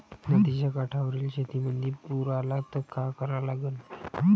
नदीच्या काठावरील शेतीमंदी पूर आला त का करा लागन?